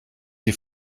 die